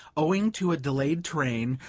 owing to a delayed train,